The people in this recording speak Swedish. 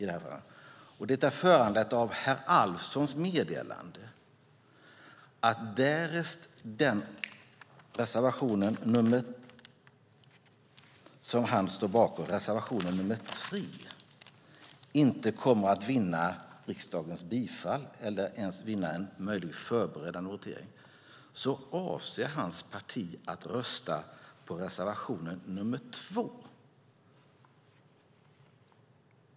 Det är föranlett av herr Alfssons meddelande att därest reservation nr 3 inte kommer att vinna riksdagens bifall eller ens vinna i en möjlig förberedande votering avser hans parti att rösta på reservation nr 2.